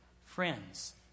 Friends